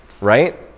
right